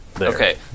Okay